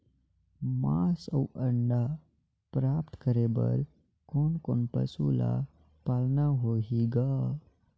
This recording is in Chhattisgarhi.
मांस अउ अंडा प्राप्त करे बर कोन कोन पशु ल पालना होही ग?